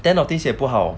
den of thieves 也不好